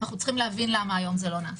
אנחנו צריכים להבין למה היום זה לא נעשה.